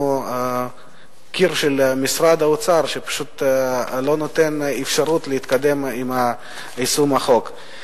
קיר של משרד האוצר שפשוט לא נותן אפשרות להתקדם עם יישום החוק.